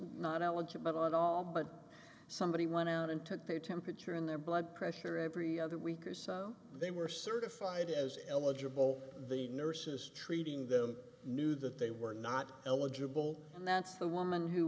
not eligible at all but somebody went out and took their temperature in their blood pressure every other week or so they were certified as eligible the nurses treating them knew that they were not eligible and that's the woman who